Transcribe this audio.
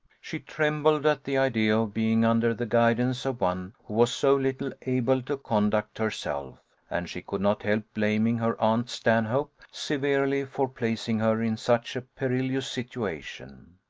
she trembled at the idea of being under the guidance of one who was so little able to conduct herself and she could not help blaming her aunt stanhope severely for placing her in such a perilous situation.